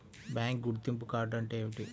Bank గుర్తింపు card అంటే ఏమిటి?